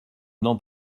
n’en